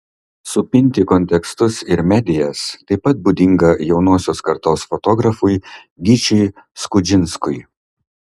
supinti kontekstus ir medijas taip pat būdinga jaunosios kartos fotografui gyčiui skudžinskui